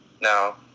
Now